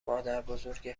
مادربزرگ